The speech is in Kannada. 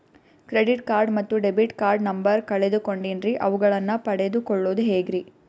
ಕ್ರೆಡಿಟ್ ಕಾರ್ಡ್ ಮತ್ತು ಡೆಬಿಟ್ ಕಾರ್ಡ್ ನಂಬರ್ ಕಳೆದುಕೊಂಡಿನ್ರಿ ಅವುಗಳನ್ನ ಪಡೆದು ಕೊಳ್ಳೋದು ಹೇಗ್ರಿ?